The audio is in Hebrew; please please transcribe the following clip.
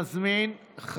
אני מזמין את השר,